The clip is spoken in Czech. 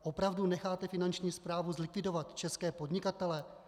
Opravdu necháte finanční správu zlikvidovat české podnikatele?